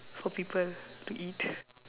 for people to eat